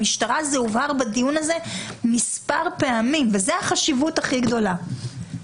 למשטרה בדיון מספר פעמים וזו החשיבות הכי גדולה.